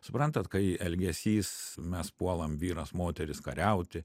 suprantat kai elgesys mes puolam vyras moteris kariauti